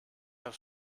have